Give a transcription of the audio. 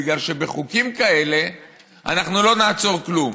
בגלל שבחוקים כאלה אנחנו לא נעצור כלום.